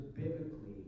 biblically